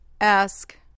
Ask